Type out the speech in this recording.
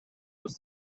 was